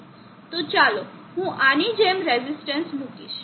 તો ચાલો હું આની જેમ રેઝિસ્ટન્સ મુકીશ